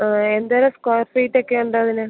ആ എന്തോരം സ്ക്വയർഫീറ്റൊക്കെ ഉണ്ടതിന്